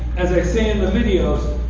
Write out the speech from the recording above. as i say in the video,